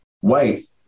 white